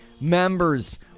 members